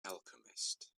alchemist